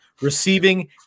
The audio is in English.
Receiving